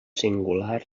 singular